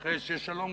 אחרי שיהיה שלום,